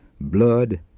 blood